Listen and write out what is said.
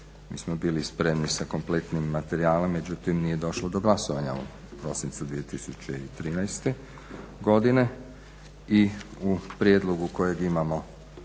mi smo bili spremni sa kompletnim materijalom, međutim, nije došlo do glasovanja u prosincu 2013. godine. I u prijedlogu kojeg imamo